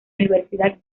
universidad